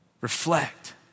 Reflect